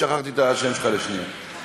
שכחתי את השם שלך לשנייה,